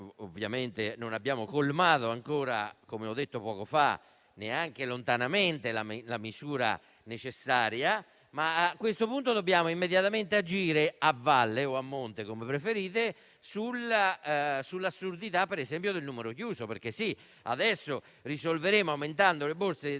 Ancora non abbiamo colmato, come ho detto poco fa, neanche lontanamente la misura necessaria, ma a questo punto dobbiamo immediatamente agire - a valle o a monte, come preferite - sull'assurdità del numero chiuso. Adesso risolveremo aumentando le borse di